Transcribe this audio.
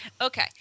Okay